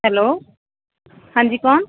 hello ਹਾਂਜੀ ਕੌਣ